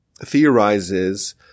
theorizes